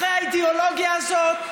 אחרי האידיאולוגיה הזאת,